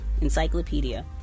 encyclopedia